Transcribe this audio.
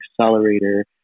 accelerator